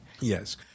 Yes